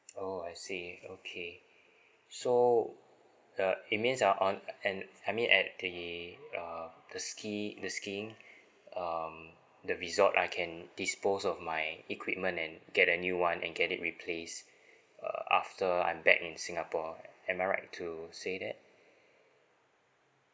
oh I see okay so uh it means uh on and I mean at the uh the ski the skiing um the resort I can dispose of my equipment and get a new one and get it replace uh after I'm back in singapore am I right to say that